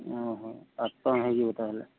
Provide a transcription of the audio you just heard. ଓହୋ ତାହାଲେ